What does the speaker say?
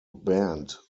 band